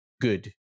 good